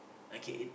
I can eat